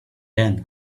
then